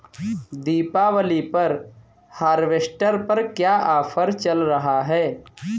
दीपावली पर हार्वेस्टर पर क्या ऑफर चल रहा है?